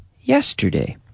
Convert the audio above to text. yesterday